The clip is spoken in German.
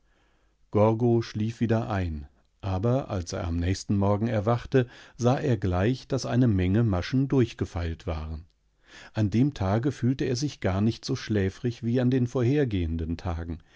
schlief wieder ein aber als er am nächsten morgen erwachte sah er gleich daß eine menge maschen durchgefeilt waren an dem tage fühlte er sich gar nicht so schläfrig wie an den vorhergehenden tagen